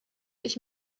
ich